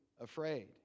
afraid